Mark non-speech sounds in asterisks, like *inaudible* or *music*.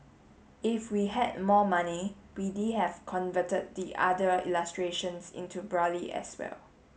if we had more money *unintelligible* have converted the other illustrations into *unintelligible* as well